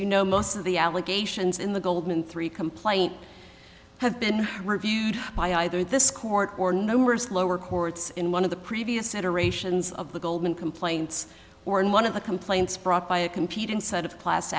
you know most of the allegations in the goldman three complaint have been reviewed by either this court or nowheres lower courts in one of the previous iterations of the goldman complaints or in one of the complaints brought by a compete inside of class